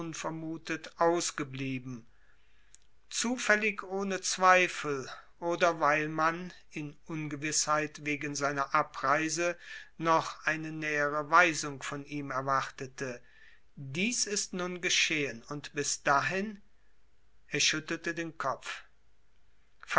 unvermutet ausgeblieben zufällig ohne zweifel oder weil man in ungewißheit wegen seiner abreise noch eine nähere weisung von ihm erwartete dies ist nun geschehen und bis dahin er schüttelte den kopf